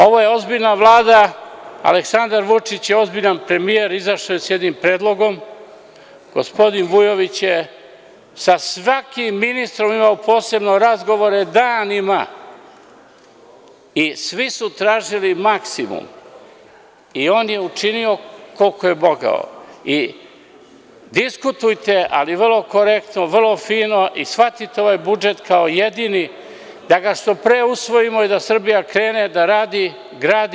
Ovo je ozbiljna Vlada, Aleksandar Vučić je ozbiljan premijer, izašao je sa jednim predlogom, gospodin Vujović je sa svakim ministrom imao posebno razgovore danima i svi su tražili maksimum i on je učinio koliko je mogao i diskutujte ali vrlo korektno, vrlo fino i shvatite ovaj budžet kao jedini da ga što pre usvojimo i da Srbija krene da radi, gradi.